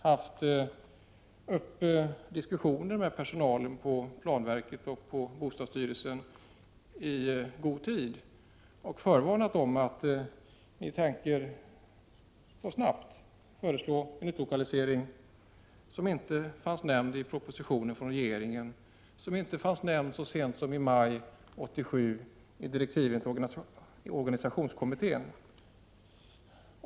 Har ni diskuterat med personalen på planverket och bostadsstyrelsen och i god tid förvarnat de anställda om att ni så snabbt tänkt föreslå en utlokalisering, som inte nämndes i propositionen från regeringen och som så sent som i maj 1987 inte fanns medi direktiven till organisationskommittén?